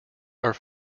are